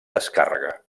descàrrega